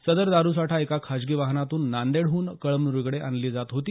सदर दारू साठा एका खाजगी वाहनातून नांदेडहून कळमन्रीकडे आणली जात होती